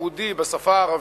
ייעודי בשפה הערבית,